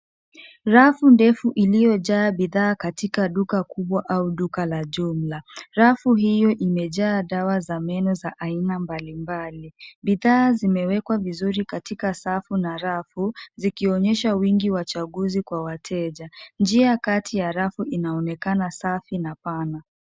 Rafu ndefu iliyojaa bidhaa katika duka kubwa au duka la jumla. Rafu hiyo imejaa dawa za meno za aina mbalimbali. Bidhaa zimewekwa vizuri katika safu na rafu zikionyesha wingi wa chaguzi kwa wateja. Njia kati ya rafu inaonekana safi na pana.